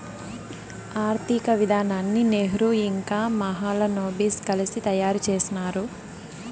ఆర్థిక విధానాన్ని నెహ్రూ ఇంకా మహాలనోబిస్ కలిసి తయారు చేసినారు